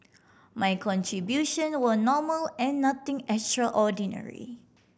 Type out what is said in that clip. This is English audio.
my contribution were normal and nothing extraordinary